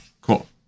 Cool